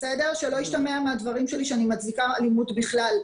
שלא ישתמע מהדברים שלי שאני מצדיקה אלימות בכלל.